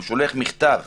מכתב